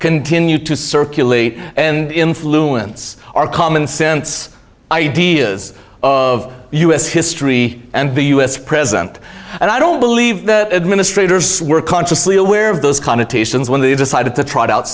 continue to circulate and influence our common sense ideas of us history and the us present and i don't believe that administrators were consciously aware of those connotations when they decided to try it out